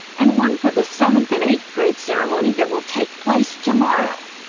and one for the seventh and eighth-grade ceremony that will take place tomorrow.